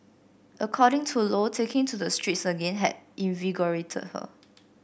according to Lo taking to the streets again had invigorated her